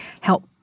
help